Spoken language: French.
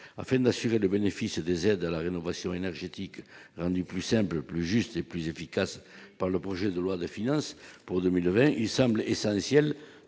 afin d'assurer le bénéfice des aides à la rénovation énergétique plus simple, plus juste et plus efficace par le projet de loi de finances pour 2020, il semble essentiel de pouvoir proposer un